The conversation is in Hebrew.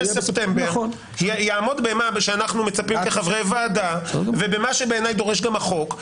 בספטמבר יעמוד במה שאנחנו מצפים כחברי ועדה ובמה שבעיני דורש גם החוק.